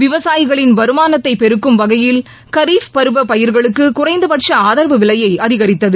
விவசாயிகளின் வருமானத்தை பெருக்கும் வகையில் கரீப் பருவ பயிர்களுக்கு குறைந்தபட்ச ஆதரவு விலையை அதிகரித்தது